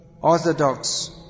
orthodox